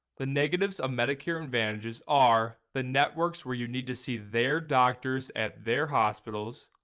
the negatives of medicare advantage's are the networks where you need to see their doctors at their hospitals,